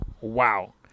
Wow